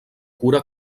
cura